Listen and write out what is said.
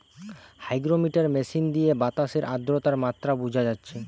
hygrometer machine দিয়ে বাতাসের আদ্রতার মাত্রা বুঝা যাচ্ছে